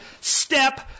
step